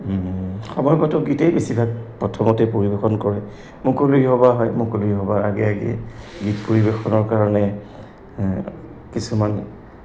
সময়গত গীতেই বছিভাগ প্ৰথমতে পৰিৱেশন কৰে মুকলি সভা হয় মুকলি সভাৰ আগে আগে গীত পৰিৱেশনৰ কাৰণে কিছুমান